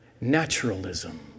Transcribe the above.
naturalism